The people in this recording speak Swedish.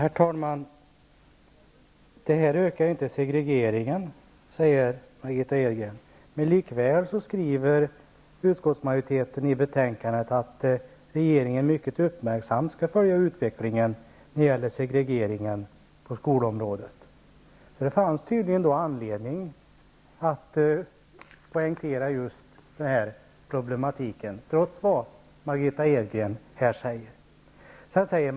Herr talman! Detta öker inte segregeringen, säger Margitta Edgren. Likväl skriver utskottsmajoriteten i betänkandet att regeringen mycket uppmärksamt skall följa utvecklingen när det gäller segregeringen på skolområdet. Det fanns tydligen anledning att poängtera den problematiken, trots vad Margitta Edgren här säger.